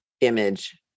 image